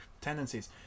tendencies